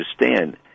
understand